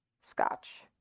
Scotch